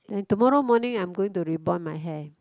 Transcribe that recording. and tomorrow morning I'm going to rebond my hair